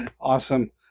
Awesome